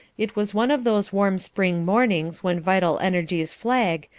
it was one of those warm spring mornings when vital energies flag,